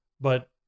but-